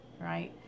Right